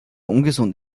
ungesund